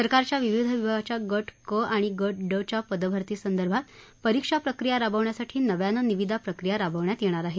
सरकारच्या विविध विभागाच्या गट क आणि गट ड च्या पदभरती संदर्भात परीक्षा प्रक्रिया राबवण्यासाठी नव्यानं निविदा प्रक्रिया राबवण्यात येणार आहे